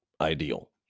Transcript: ideal